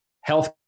health